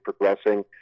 progressing